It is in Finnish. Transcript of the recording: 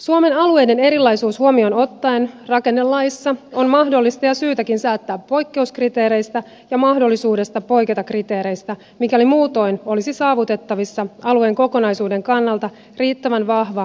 suomen alueiden erilaisuus huomioon ottaen rakennelaissa on mahdollista ja syytäkin säätää poikkeuskriteereistä ja mahdollisuudesta poiketa kriteereistä mikäli muutoin olisi saavutettavissa alueen kokonaisuuden kannalta riittävän vahva elinvoimainen kunta